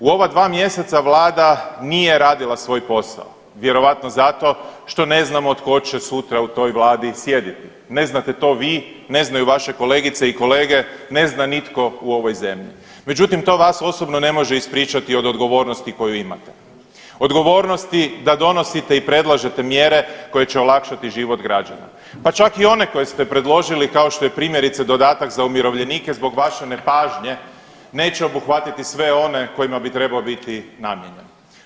U ova dva mjeseca vlada nije radila svoj posao, vjerojatno zato što ne znamo tko će sutra u toj vladi sjediti, ne znate to vi, ne znaju vaše kolegice i kolege, ne zna nitko u ovoj zemlji, međutim to vas osobno ne može ispričati od odgovornosti koju imate, odgovornosti da donosite i predlažete mjere koje će olakšati život građana, pa čak i one koje ste predložili kao što je primjerice dodatak za umirovljenike zbog vaše nepažnje neće obuhvatiti sve one kojima bi trebao biti namijenjen.